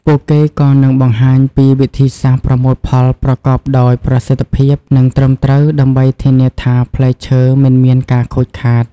ពួកគេក៏នឹងបង្ហាញពីវិធីសាស្រ្តប្រមូលផលប្រកបដោយប្រសិទ្ធភាពនិងត្រឹមត្រូវដើម្បីធានាថាផ្លែឈើមិនមានការខូចខាត។